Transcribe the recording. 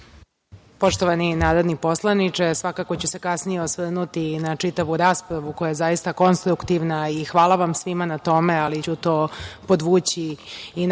Poštovani narodni poslaniče, svakako ću se kasnije osvrnuti i na čitavu raspravu, koja je zaista konstruktivna i hvala vam svima na tome, ali ću to podvući i naknadno,